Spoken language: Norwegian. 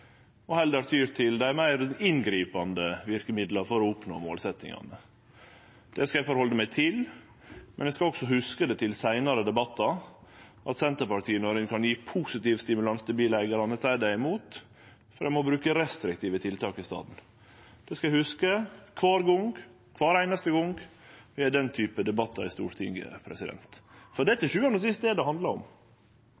og heller tyr til dei meir inngripande verkemidla for å oppnå målsetjingane. Det tek eg til etterretning, men eg skal hugse det til seinare debattar at Senterpartiet, når ein kan gje positiv stimulans til bileigarane, er imot og vil bruke restriktive tiltak i staden. Det skal eg hugse kvar einaste gong vi har denne typen debattar i Stortinget. For det er